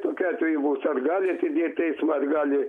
tokiu atveju bus ar atidėti teismą ar gali